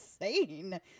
insane